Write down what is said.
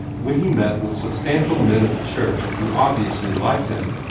when he met with substantial men of the church who obviously liked him,